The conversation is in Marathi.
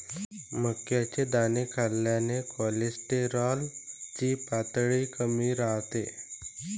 मक्याचे दाणे खाल्ल्याने कोलेस्टेरॉल ची पातळी कमी राहते